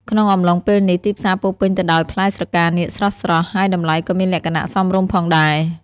ក្នុងអំឡុងពេលនេះ ទីផ្សារពោរពេញទៅដោយផ្លែស្រកានាគស្រស់ៗ ហើយតម្លៃក៏មានលក្ខណៈសមរម្យផងដែរ។